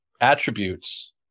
attributes